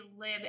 live